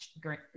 great